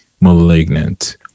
malignant